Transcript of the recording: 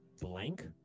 blank